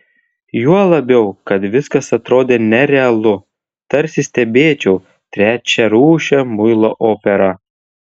juo labiau kad viskas atrodė nerealu tarsi stebėčiau trečiarūšę muilo operą